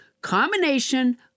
combination